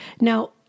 Now